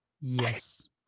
Yes